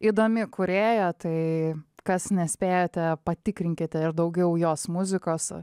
įdomi kūrėja tai kas nespėjate patikrinkite ir daugiau jos muzikos